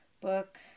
book